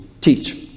teach